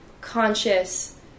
conscious